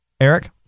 Eric